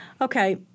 Okay